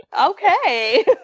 Okay